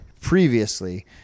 Previously